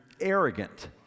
arrogant